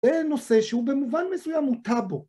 זה נושא שהוא במובן מסוים הוא טאבו.